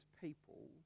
people